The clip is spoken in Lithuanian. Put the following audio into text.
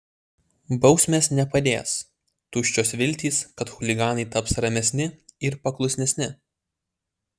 bausmės nepadės tuščios viltys kad chuliganai taps ramesni ir paklusnesni